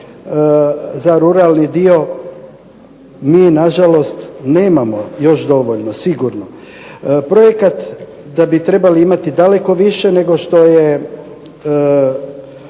za ruralni dio mi nažalost nemamo još dovoljno, sigurno. Projekat da bi trebali imati daleko više nego što je